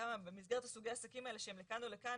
במסגרת סוגי עסקים האלה שהם לכאן או לכאן,